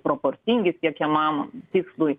proporcingi siekiamam tikslui